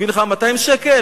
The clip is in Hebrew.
יגידו לך, 200 שקל.